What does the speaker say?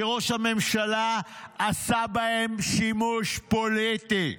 שראש הממשלה עשה בהם שימוש פוליטי.